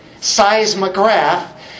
seismograph